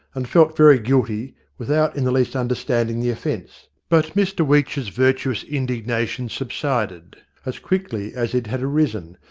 and felt very guilty without in the least understanding the offence. but mr weech's virtuous indignation subsided as quickly as it had arisen,